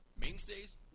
mainstays